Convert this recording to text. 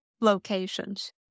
locations